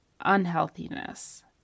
unhealthiness